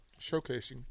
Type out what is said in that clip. showcasing